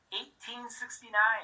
1869